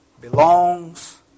belongs